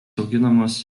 auginamos